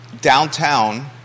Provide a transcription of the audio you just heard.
downtown